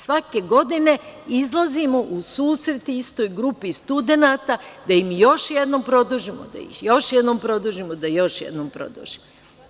Svake godine izlazimo u susret istoj grupi studenata da im još jednom produžimo, da još jednom produžimo, da još jednom produžimo.